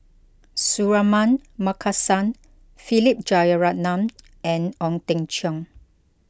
Suratman Markasan Philip Jeyaretnam and Ong Teng Cheong